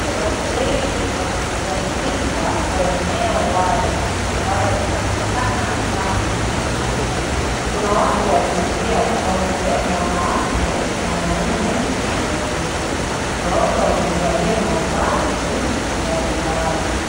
Watu wengi wamekusanyika kwa eneo wazi ambalo linaonekana kama soko. Kuna watu wa jinsia zote; wanawake, wanaume na watoto, na wote wamevalia mavazi mbalimbali.